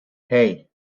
hey